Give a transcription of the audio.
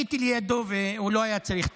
הייתי לידו, והוא לא היה צריך טיפול.